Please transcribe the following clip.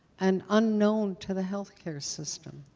and unknown to the health care system.